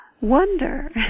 wonder